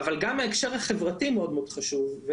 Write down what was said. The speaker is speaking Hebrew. אבל גם ההקשר החברתי מאוד חשוב.